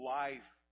life